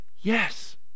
Yes